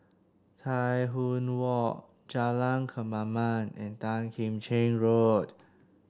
Tai Hwan Walk Jalan Kemaman and Tan Kim Cheng Road